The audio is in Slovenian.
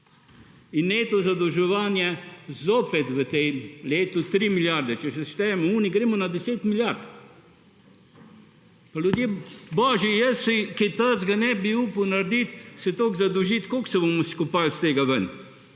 in neto zadolževanje zopet v tem letu 3 milijarde. Če seštejem, gremo na 10 milijard. Pa ljudje božji, jaz si kaj takega ne bi upal narediti, se toliko zadolžiti. Kako se bomo skopali iz tega ven?